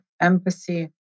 empathy